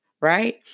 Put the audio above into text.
right